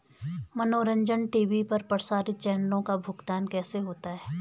मनोरंजन टी.वी पर प्रसारित चैनलों का भुगतान कैसे होता है?